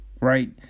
Right